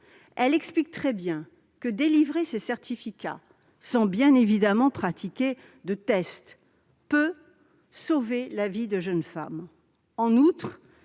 Elle explique très bien que délivrer ces certificats, sans bien évidemment pratiquer de tests, peut sauver la vie de jeunes femmes. En outre,